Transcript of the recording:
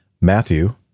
Matthew